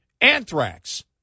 anthrax